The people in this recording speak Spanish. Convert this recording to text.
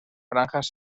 franjas